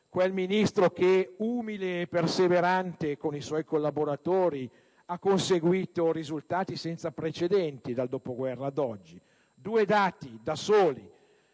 quel Ministro che, umile e perseverante con i suoi collaboratori, ha conseguito risultati senza precedenti dal dopoguerra ad oggi. Due dati da soli